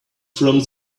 from